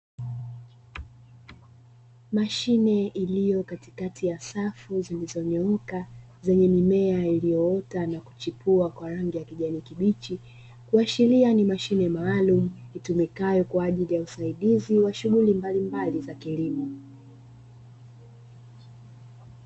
Mashine iliyo katikati ya safu zilizonyooka, zenye mimea iliyoota na kuchipua kwa rangi ya kijani kibichi, kuashiria ni mashine maalumu itumikayo kwa ajili ya usaidizi wa shughuli mbalimbali za kilimo.